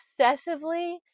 obsessively